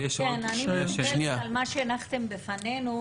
אני מדברת על מה שהנחתם בפנינו,